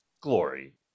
glory